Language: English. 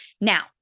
Now